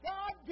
God